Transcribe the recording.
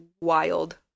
wild